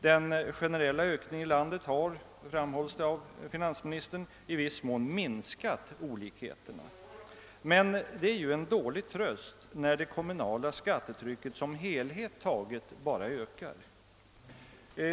Den generella ökningen i landet har — framhålles det av finansministern — i viss mån minskat olikheterna. Men det är ju en dålig tröst när det kommunala skattetrycket som helhet taget bara ökar.